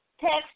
text